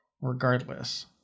regardless